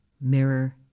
Mirror